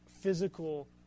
physical